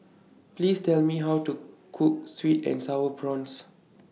Please Tell Me How to Cook Sweet and Sour Prawns